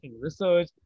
research